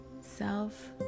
self